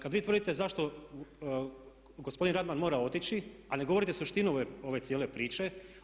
Kad vi tvrdite zašto gospodin Radman mora otići, a ne govorite suštinu ove cijele priče.